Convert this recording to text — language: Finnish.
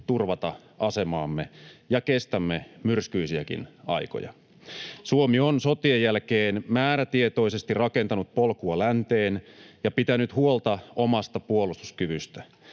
turvata asemaamme ja kestämme myrskyisiäkin aikoja. Suomi on sotien jälkeen määrätietoisesti rakentanut polkua länteen ja pitänyt huolta omasta puolustuskyvystä.